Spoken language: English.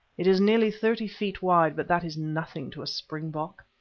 it is nearly thirty feet wide, but that is nothing to a springbok.